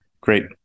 great